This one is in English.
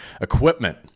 Equipment